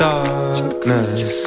Darkness